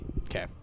Okay